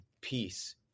peace